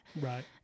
Right